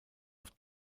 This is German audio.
auf